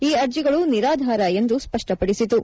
ಈ ಅರ್ಜಿಗಳು ನಿರಾಧಾರ ಎಂದು ಸ್ಪಷ್ಪಪದಿಸಿತು